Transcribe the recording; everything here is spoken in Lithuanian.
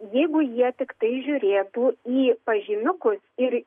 jeigu jie tiktai žiūrėtų į pažymiukus ir